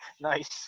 Nice